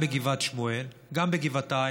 גם בגבעת שמואל,